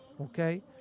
okay